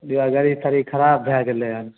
हियाँ गड़ी तड़ी खराब भए गेलै हन